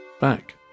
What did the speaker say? back